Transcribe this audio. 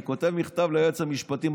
אני כותב מכתב ליועץ המשפטי,